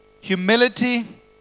Humility